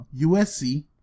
USC